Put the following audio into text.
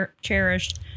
cherished